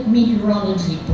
Meteorology